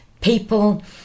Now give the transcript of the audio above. People